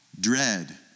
dread